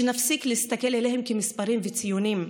שנפסיק להסתכל עליהם כמספרים וציונים,